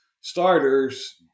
starters